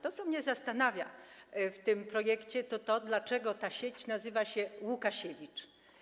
To, co mnie zastanawia w tym projekcie, to to, dlaczego ta sieć nazywa się „Łukasiewicz”